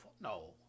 no